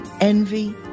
Envy